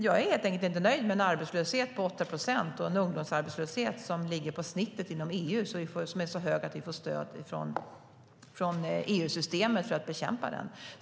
Jag är helt enkelt inte nöjd med en arbetslöshet på 8 procent och en ungdomsarbetslöshet som ligger på snittet inom EU; den är så hög att vi får stöd från EU-systemet för att bekämpa den.